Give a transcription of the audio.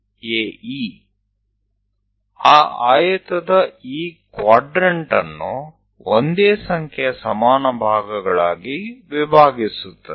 પેલા લંબચોરસના આ ચતુર્થાંશ ભાગને એ જ સંખ્યાના સમાન ભાગોમાં વહેંચો